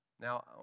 Now